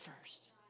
first